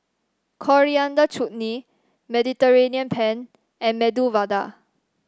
Coriander Chutney Mediterranean Penne and Medu Vada